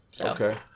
Okay